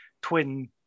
twin